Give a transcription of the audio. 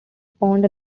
spawned